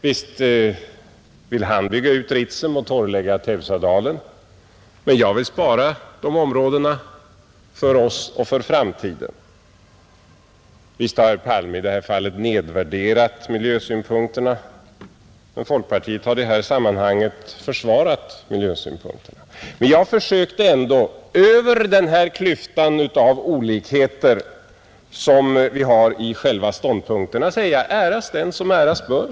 Visst vill han bygga ut Ritsem och torrlägga Teusadalen medan jag vill spara de områdena för oss och för framtiden. Visst har herr Palme i det här fallet nedvärderat miljösynpunkterna medan folkpartiet har försvarat miljösynpunkterna, Men jag försökte ändå, över den här klyftan av olikheter som vi har mellan våra ståndpunkter, säga: Äras den som äras bör!